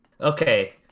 Okay